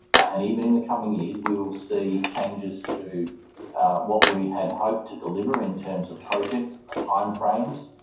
and even in the coming years, we will see changes to what we had hoped to deliver in terms of projects and the timeframes.